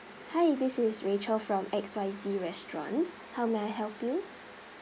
hi this is rachel from X Y Z restaurant how may I help you